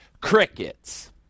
crickets